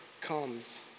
comes